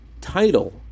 title